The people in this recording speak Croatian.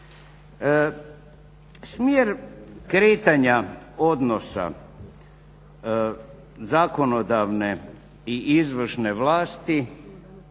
Smjer kretanja odnosa zakonodavne i izvršne vlasti